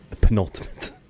Penultimate